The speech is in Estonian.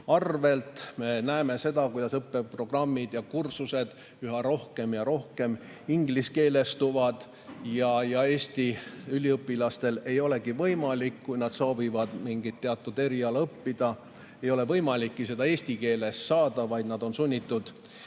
arvel. Me näeme, kuidas õppeprogrammid ja kursused üha rohkem ja rohkem ingliskeelestuvad ja eesti üliõpilastel ei olegi võimalik, kui nad soovivad teatud eriala õppida, seda eesti keeles teha, vaid nad on sunnitud